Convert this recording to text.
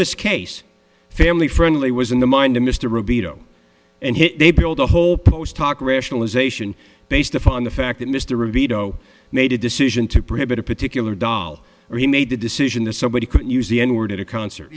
this case family friendly was in the mind of mr rubio and it they build a whole post talk rationalization based upon the fact that mr reeve ito made a decision to prohibit a particular doll or he made the decision that somebody could use the n word at a concert